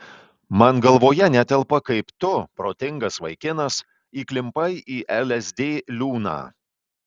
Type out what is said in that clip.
man galvoje netelpa kaip tu protingas vaikinas įklimpai į lsd liūną